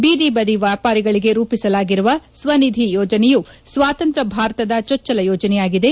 ಬೀದಿ ವ್ಯಾಪಾರಿಗಳಿಗೆ ರೂಪಿಸಲಾಗಿರುವ ಸ್ವ ನಿಧಿ ಯೋಜನೆಯು ಸ್ವಾತಂತ್ರ್ಯ ಭಾರತದ ಚೊಚ್ವಲ ಯೋಜನೆಯಾಗಿದೆ